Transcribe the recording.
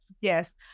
Yes